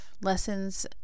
lessons